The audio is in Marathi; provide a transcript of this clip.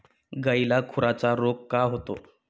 गायीला खुराचा रोग का होतो?